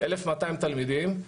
1,200 תלמידים.